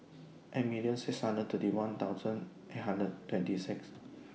eight million six hundred thirty one thousand eight hundred twenty six